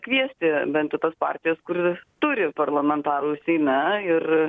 kviesti bent jau tas partijas kur turi parlamentarų seime ir